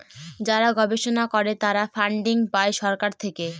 যারা গবেষণা করে তারা ফান্ডিং পাই সরকার থেকে